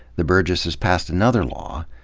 the burgesses passed another law.